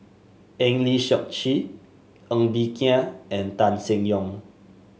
Eng Lee Seok Chee Ng Bee Kia and Tan Seng Yong